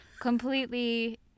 Completely